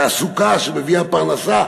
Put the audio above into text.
תעסוקה שמביאה פרנסה,